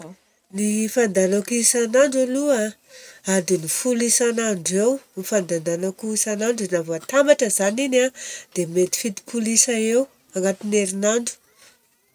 Ny fandianako isan'andro aloha a adin'ny folo isan'andro eo. Ny fandehandehanako isan'andro raha vao atambatra izany igny an dia mety fitopolo isa eo agnatin'ny erinandro.